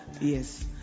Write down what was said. Yes